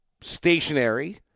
stationary